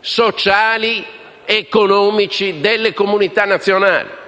sociali ed economici delle comunità nazionali.